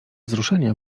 wzruszenia